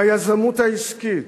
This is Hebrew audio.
ביזמות העסקית,